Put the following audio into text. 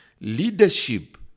Leadership